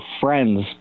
friends